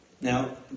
Now